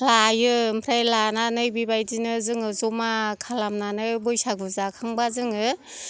लायो ओमफ्राय लानानै बेबायदिनो जोङो ज'मा खालामनानै बैसागु जाखांबा जोङो